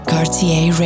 Cartier